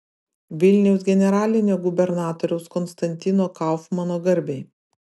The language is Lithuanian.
vilniaus generalinio gubernatoriaus konstantino kaufmano garbei